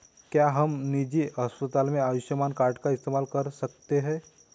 क्या हम निजी अस्पताल में आयुष्मान कार्ड का इस्तेमाल कर सकते हैं?